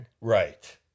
Right